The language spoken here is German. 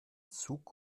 zug